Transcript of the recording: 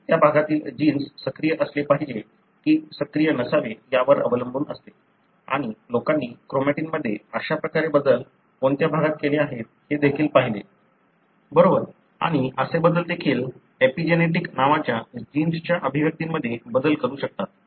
हे त्या भागातील जीन्स सक्रिय असले पाहिजे की सक्रिय नसावे यावर अवलंबून असते आणि लोकांनी क्रोमॅटिनमध्ये अशा प्रकारचे बदल कोणत्या भागात केले आहेत हे देखील पाहिले बरोबर आणि असे बदल देखील एपिजेनेटिक नावाच्या जीन्सच्या अभिव्यक्तीमध्ये बदल करू शकतात